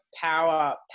power